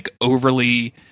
overly